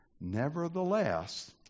Nevertheless